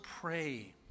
pray